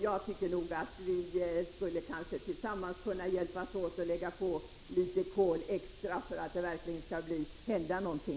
Jag tycker att vi tillsammans borde kunna hjälpas åt och genom att lägga på litet extra kol se till att det verkligen händer 4 någonting.